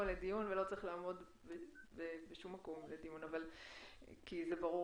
לדיון וזה לא צריך לעמוד בשום מקום לדיון כי זה ברור